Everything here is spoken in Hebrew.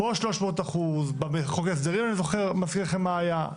פה 300%. בחוק ההסדרים אני מזכיר לכם מה היה.